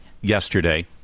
yesterday